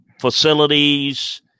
facilities